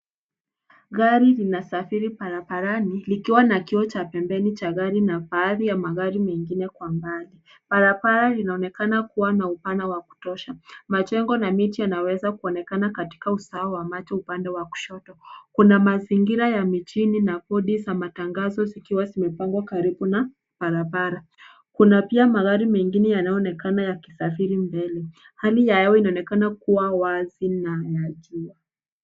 Gari lina safiri barabarani likiwa na kioo cha pembeni cha gari na baadhi ya magari mengine kwa mbali. Barabara linaonekana kuwa na upana wa kutosha. Majengo na miti yanaweza kuonekana katika usawa wa macho katika upande wa kushoto. Kuna mazingira ya mijini na bodi za matangazo zikiwa zimepangwa karibu na barabara. Kuna pia magari mengine yanayoonekana yakisafiri mbele. Hali ya hewa inaonekana kuwa wazi na nzuri.